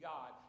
God